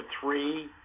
three